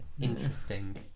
Interesting